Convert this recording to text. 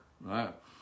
right